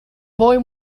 boy